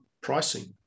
pricing